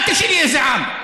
אל תשאלי איזה עם.